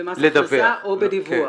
במס הכנסה או בדיווח.